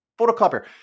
photocopier